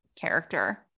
character